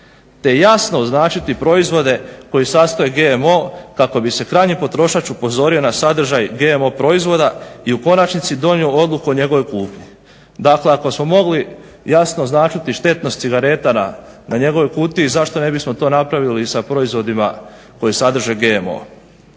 te jasno označiti proizvode koji sastoje GMO kako bi se krajnji potrošač upozorio na sadržaj GMO proizvoda i u konačnici donio odluku o njegovoj kupnji. Dakle, ako smo mogli jasno označiti štetnost cigareta na njegovoj kutiji zašto ne bismo to napravili i sa proizvodima koji sadrže GMO.